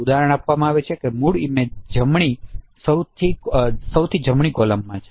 ઉદાહરણો આપવામાં આવે છે કે મૂળ ઇમેજ સૌથી જમણી કોલમમાં છે